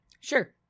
sure